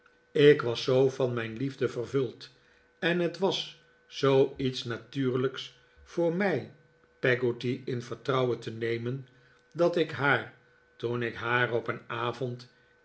ik was zoo van mijn liefde vervuld en het was zoo iets natuurlijks voor mij peggotty in vertrouwen te nemen dat ik haar toen ik haar op een avond